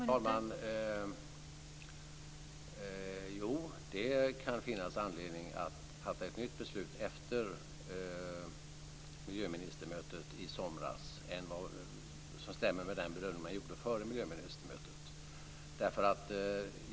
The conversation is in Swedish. Fru talman! Jo, det kan finnas anledning att fatta ett nytt beslut efter miljöministermötet i somras som stämmer med den bedömning som gjordes före miljöministermötet.